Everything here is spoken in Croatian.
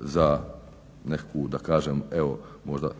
za nekakvu da kažem možda